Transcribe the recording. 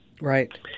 Right